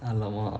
!alamak!